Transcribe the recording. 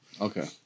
Okay